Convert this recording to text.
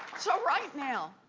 so right now,